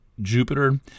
Jupiter